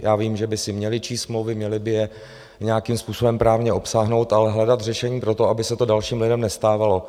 Já vím, že by si měli číst smlouvy, měli by je nějakým způsobem právně obsáhnout, ale hledat řešení pro to, aby se to dalším lidem nestávalo.